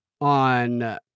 On